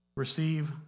Receive